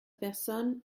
personne